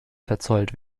verzollt